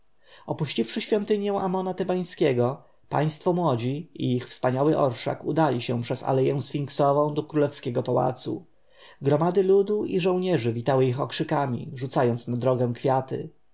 opuściwszy świątynię amona tebańskiego państwo młodzi i ich wspaniały orszak udali się przez aleję sfinksową do królewskiego pałacu gromady ludu i żołnierzy witały ich okrzykami rzucając na drogę kwiaty